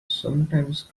sometimes